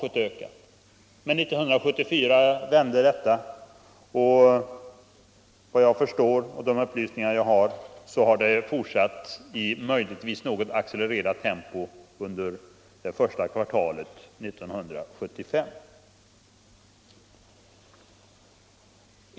Men 1974 vände den utvecklingen, och efter vad jag har förstått har under första kvartalet 1975 denna trend fortsatt, möjligen i accelererat tempo.